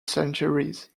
centuries